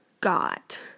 got